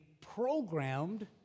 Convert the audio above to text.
programmed